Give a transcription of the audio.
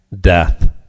death